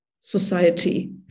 society